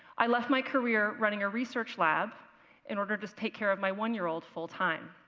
i left my career running a research lab in order to take care of my one-year-old full-time.